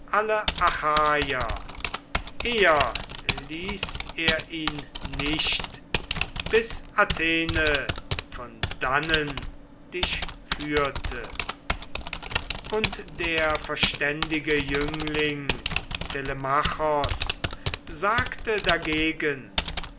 alle achaier eher ließ er ihn nicht bis athene von dannen dich führte und der verständige jüngling telemachos sagte dagegen